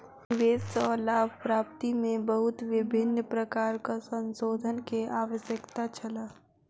निवेश सॅ लाभ प्राप्ति में बहुत विभिन्न प्रकारक संशोधन के आवश्यकता छल